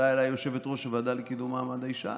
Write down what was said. פנתה אליי יושבת-ראש הוועדה לקידום מעמד האישה,